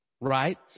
right